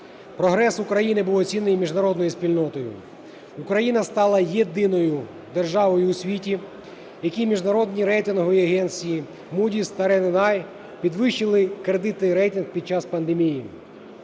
Прогрес України був оцінений міжнародною спільнотою. Україна стала єдиною державою у світі, якій міжнародні рейтингові агенції Moody's та R&I підвищили кредитний рейтинг під час пандемії.